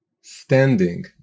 standing